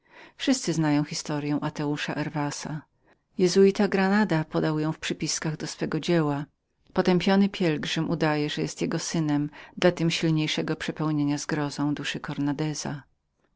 wszyscy znają historyą ateusza herwasa jezuita granada podał ją w przypiskach do swego dzieła potępiony pielgrzym udaje że jest jego synem dla tem pewniejszego przepełniania zgrozą duszy